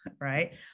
right